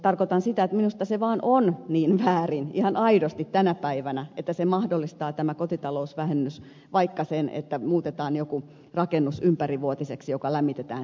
tarkoitan sitä että minusta se vain on ihan aidosti niin väärin tänä päivänä että tämä kotitalousvähennys mahdollistaa vaikka sen että muutetaan joku rakennus ympärivuotiseksi ja lämmitetään sähköllä